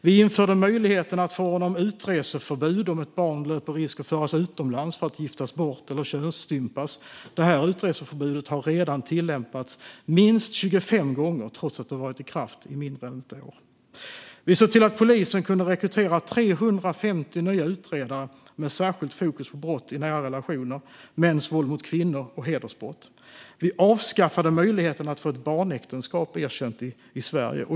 Vi införde möjligheten att förordna om utreseförbud om ett barn löper risk att föras utomlands för att giftas bort eller könsstympas. Det utreseförbudet har redan tillämpats minst 25 gånger, trots att det har varit i kraft i mindre än ett år. Vi har sett till att polisen har kunnat rekrytera 350 nya utredare med särskilt fokus på brott i nära relationer, mäns våld mot kvinnor och hedersbrott. Vi har avskaffat möjligheten att få ett barnäktenskap erkänt i Sverige.